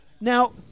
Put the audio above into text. Now